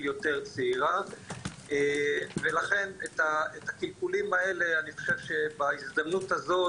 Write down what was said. יותר צעירה ולכן את התיקונים האלה אני חושב שבהזדמנות הזאת,